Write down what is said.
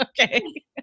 Okay